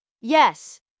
Yes